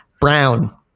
brown